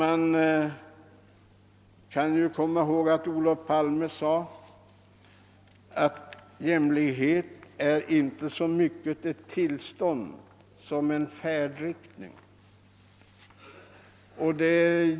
Olof Palme har sagt att »jämlikhet är inte så mycket ett tillstånd som en färdriktning».